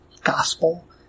gospel